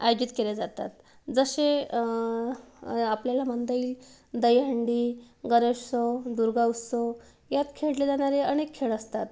आयोजित केल्या जातात जसे आपल्याला म्हणता येईल दही हंडी गणेशोत्सव दुर्गा उत्सव यात खेळले जाणारे अनेक खेळ असतात